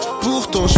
pourtant